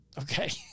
Okay